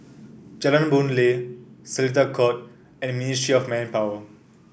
Jalan Boon Lay Seletar Court and Ministry of Manpower